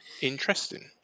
interesting